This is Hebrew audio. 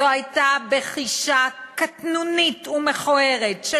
זו הייתה בחישה קטנונית ומכוערת של